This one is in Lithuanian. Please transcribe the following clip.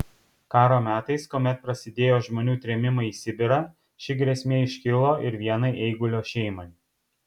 karo metais kuomet prasidėjo žmonių trėmimai į sibirą ši grėsmė iškilo ir vienai eigulio šeimai